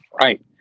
Right